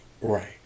right